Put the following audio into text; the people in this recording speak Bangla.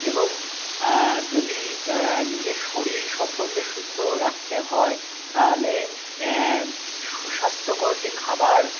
এবং যদি নিজের শরীর সম্পর্কে সুস্থ রাখতে হয় তাহলে সুস্বাস্থ্যকর যে খাবার